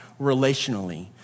relationally